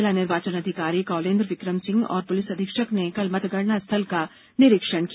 जिला निर्वाचन अधिकारी कौलेन्द्र विक्रम सिंह और पुलिस अधीक्षक ने कल मतगणना स्थल का निरीक्षण किया